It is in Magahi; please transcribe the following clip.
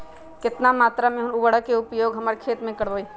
कितना मात्रा में हम उर्वरक के उपयोग हमर खेत में करबई?